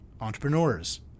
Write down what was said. entrepreneurs